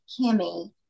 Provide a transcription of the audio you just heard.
Kimmy